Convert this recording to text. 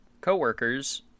coworkers